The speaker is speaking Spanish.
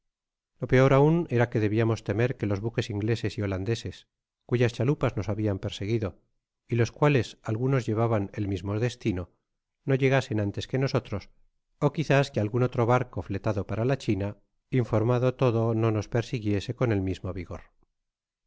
lo peor aun era que debiamos temer que los buques ingleses y holandeses cuyas chalupas nos habian perseguido y los cuales algunos llevaban el mismo destino no llegasen antes que nosotros ó quizás que algun otro barco fletado para la china informado todo no nos persiguiese con el mismo vigor